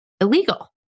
illegal